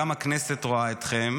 גם הכנסת רואה אתכן.